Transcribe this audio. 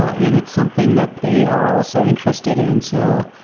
ah and it's something that they are also interested in. so,